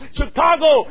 Chicago